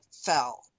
fell